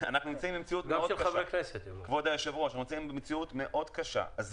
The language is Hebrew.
אנחנו נמצאים במציאות מאוד קשה.